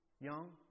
young